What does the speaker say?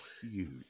huge